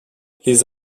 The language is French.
les